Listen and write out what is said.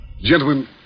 Gentlemen